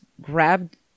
grabbed